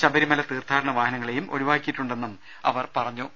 ശബരിമല തീർത്ഥാടന വാഹനങ്ങളെയും ഒഴിവാക്കിയിട്ടുണ്ടെന്നും അവർ പറഞ്ഞു